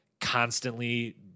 constantly